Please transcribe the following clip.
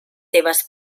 seves